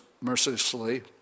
mercilessly